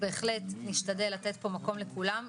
בהחלט נשתדל לתת פה מקום לכולם.